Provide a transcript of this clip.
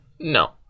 No